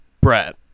Brett